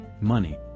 money